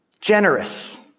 Generous